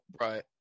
right